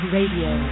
Radio